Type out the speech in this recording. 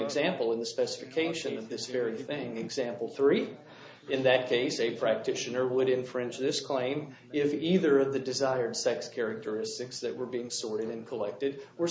example in the specification of this very thing example three in that case a practitioner would infringe this claim if either of the desired sex characteristics that were being sorted and collected were